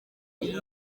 iri